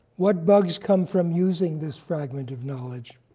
what bugs come from using this fragment of knowledge?